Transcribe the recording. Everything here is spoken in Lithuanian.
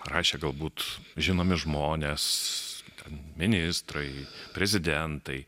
rašė galbūt žinomi žmonės ministrai prezidentai